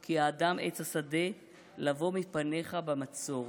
כי האדם עץ השדה לבא מפניך במצור".